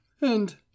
and—